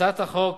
הצעת החוק